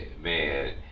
man